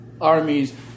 armies